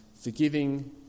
forgiving